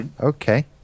Okay